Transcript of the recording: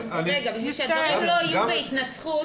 בשביל שהדברים לא יהיו בהתנצחות,